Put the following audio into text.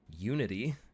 unity